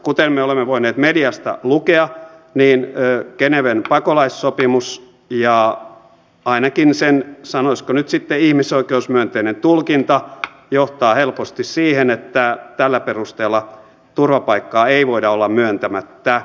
kuten me olemme voineet mediasta lukea geneven pakolaissopimus ja ainakin sen sanoisiko nyt sitten ihmisoikeusmyönteinen tulkinta johtaa helposti siihen että tällä perusteella turvapaikkaa ei voida olla myöntämättä